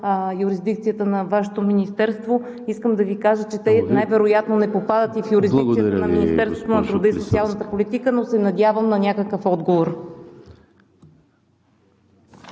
юрисдикцията на Вашето министерство искам да Ви кажа, че те най-вероятно не попадат и в юрисдикцията на Министерството на труда и социалната политика, но се надявам на някакъв отговор.